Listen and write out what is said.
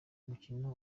mukino